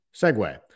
segue